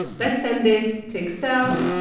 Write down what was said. let's send this to excel.